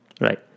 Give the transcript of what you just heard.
Right